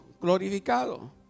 glorificado